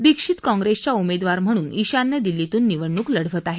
दीक्षित काँग्रेसच्या उमेदवार म्हणून ईशान्य दिल्लीतून निवडणूक लढवत आहेत